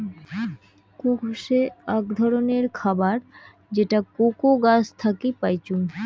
Coke হসে আক ধররনের খাবার যেটা কোকো গাছ থাকি পাইচুঙ